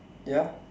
ya